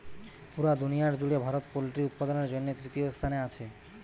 পুরা দুনিয়ার জুড়ে ভারত পোল্ট্রি উৎপাদনের জন্যে তৃতীয় স্থানে আছে